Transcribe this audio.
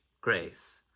grace